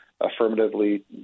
affirmatively